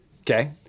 Okay